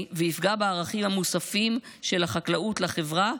ויפגע בערכים המוספים של החקלאות לחברה,